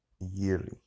yearly